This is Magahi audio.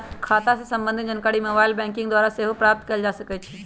खता से संबंधित जानकारी मोबाइल बैंकिंग द्वारा सेहो प्राप्त कएल जा सकइ छै